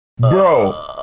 Bro